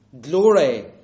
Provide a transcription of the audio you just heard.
glory